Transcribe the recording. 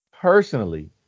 personally